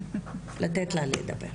לתת לה לדבר.